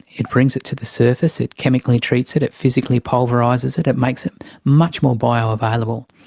it brings it to the surface, it chemically treats it, it physically pulverises it, it makes it much more bioavailable.